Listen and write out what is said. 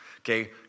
Okay